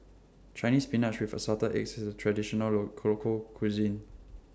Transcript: Chinese Spinach with Assorted Eggs IS Traditional Low Cuisine